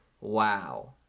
Wow